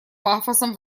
пафосом